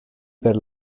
per